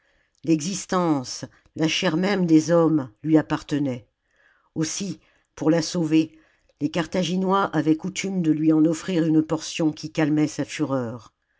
l'existence la chair même des hommes lui appartenait aussi pour la sauver les carthaginois avaient coutume de lui en offrir une portion qui calmait sa fureur